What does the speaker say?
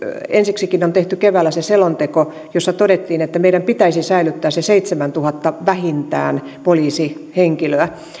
ensiksikin on tehty keväällä se selonteko jossa todettiin että meidän pitäisi säilyttää vähintään se seitsemäntuhatta poliisihenkilöä